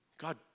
God